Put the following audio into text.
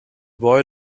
boy